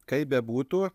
kaip bebūtų